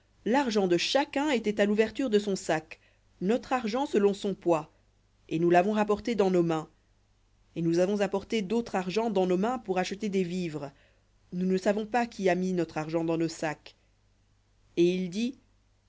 l'argent de chacun était à l'ouverture de son sac notre argent selon son poids et nous l'avons rapporté dans nos mains et nous avons apporté d'autre argent dans nos mains pour acheter des vivres nous ne savons pas qui a mis notre argent dans nos sacs et il dit